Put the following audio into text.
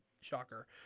Shocker